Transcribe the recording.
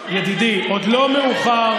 ידידי, עוד לא מאוחר.